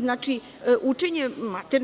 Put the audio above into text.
Znači učenje,